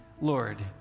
Lord